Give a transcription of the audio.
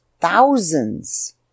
thousands